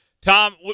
Tom